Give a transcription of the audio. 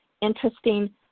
interesting